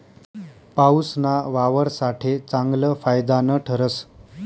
पाऊसना वावर साठे चांगलं फायदानं ठरस